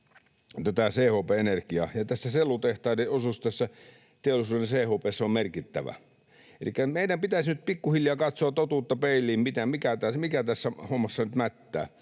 tätä CHP-energiaa. Ja sellutehtaiden osuus tässä teollisuuden CHP:ssä on merkittävä. Elikkä meidän pitäisi nyt pikkuhiljaa katsoa totuutta peiliin, mikä tässä hommassa nyt mättää.